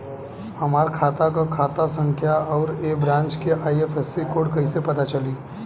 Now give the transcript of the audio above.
हमार खाता के खाता संख्या आउर ए ब्रांच के आई.एफ.एस.सी कोड कैसे पता चली?